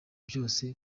byose